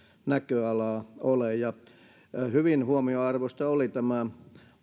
näköalaa ole hyvin huomionarvoinen oli tämä